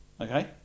Okay